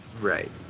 right